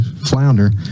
flounder